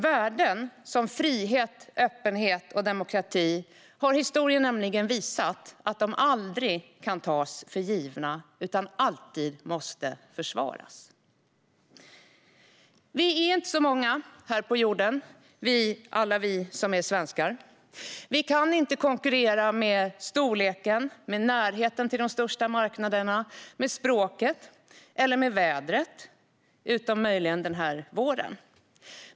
Historien har nämligen visat att värden som frihet, öppenhet och demokrati aldrig kan tas för givna utan alltid måste försvaras. Vi är inte så många här på jorden, alla vi som är svenskar. Vi kan inte konkurrera med storleken, närheten till de största marknaderna, språket eller vädret - utom möjligen den här våren.